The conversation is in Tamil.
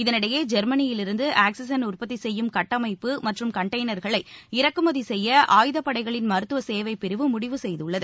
இதனிடையே ஜெர்மனியிலிருந்து ஆக்சிஜன் உற்பத்தி செப்யும் கட்டமைப்புகள் மற்றும் கண்டெய்னர்களை இறக்குமதி செய்ய ஆயுதப்படைகளின் மருத்துவ சேவை பிரிவு முடிவு செய்துள்ளது